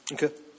Okay